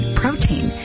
protein